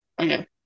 Okay